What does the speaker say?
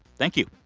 thank you